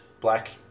black